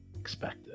expected